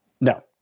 No